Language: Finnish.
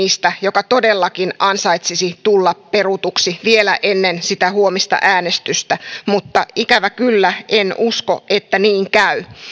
niistä joka todellakin ansaitsisi tulla perutuksi vielä ennen sitä huomista äänestystä mutta ikävä kyllä en usko että niin käy